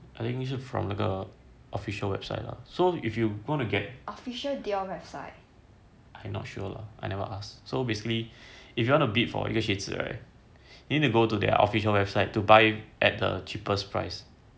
I think you 是 from 那个 official website lah so if you wanna get official I not sure lah I never ask so basically if you want a bid for 那个靴子 right you need to go to their official website to buy at the cheapest price